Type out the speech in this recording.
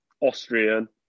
Austrian